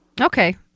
Okay